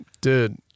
Dude